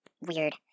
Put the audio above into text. weird